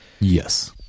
Yes